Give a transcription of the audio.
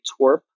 twerp